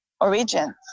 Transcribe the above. origin